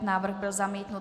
Návrh byl zamítnut.